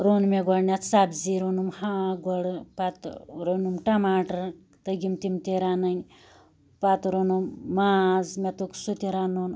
روٚن مےٚ گۄڈنیٚتھ سبزی روٚنُم ہاکھ گۄڈٕ پَتہٕ روٚنُم ٹماٹر تٔگِم تِم تہِ رَنٕن پَتہٕ روٚنُم ماز مےٚ توٚگ سُہ تہِ رَنُن